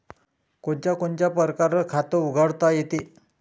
कोनच्या कोनच्या परकारं खात उघडता येते?